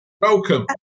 welcome